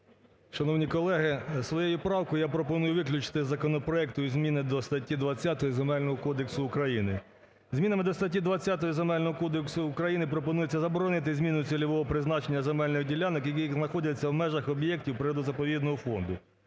Шановні колеги, я своєю правкою я пропоную виключити законопроект із зміни до статті 20 Земельного кодексу України. Змінами до статті 20 Земельного кодексу України пропонується заборонити зміни цільового призначення земельних ділянок, які знаходяться в межах об'єктів природно-заповідного фонду.